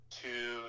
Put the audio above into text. two